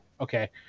Okay